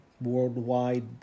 worldwide